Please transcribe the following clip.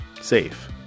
safe